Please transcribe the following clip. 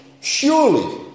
Surely